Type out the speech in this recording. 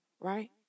Right